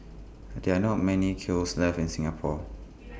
there are not many kilns left in Singapore